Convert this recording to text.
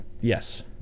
yes